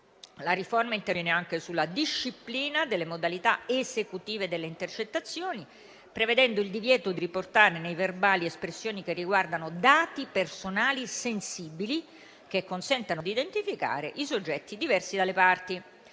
La riforma interviene anche sulla disciplina delle modalità esecutive delle intercettazioni, prevedendo il divieto di riportare nei verbali espressioni che riguardano dati personali sensibili che consentano di identificare i soggetti diversi dalle parti.